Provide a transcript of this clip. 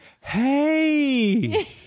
hey